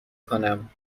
کنم